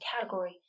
category